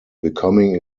becoming